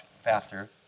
faster